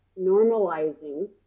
normalizing